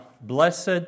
blessed